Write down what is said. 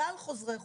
כלל חוזרי חו"ל.